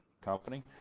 company